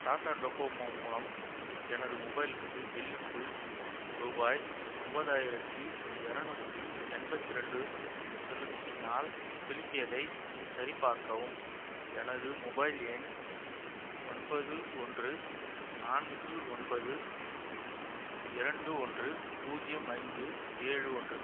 Tata Docomo மூலம் எனது மொபைல்க்கு பில்லுக்கு ரூபாய் ஒன்போதாயிரத்தி இரநூத்தி எண்பத்திரெண்டு செலுத்தினால் செலுத்தியதை சரிபார்க்கவும் எனது மொபைல் எண் ஒன்பது ஒன்று நான்கு ஒன்பது இரண்டு ஒன்று பூஜ்யம் ஐந்து ஏழு ஒன்று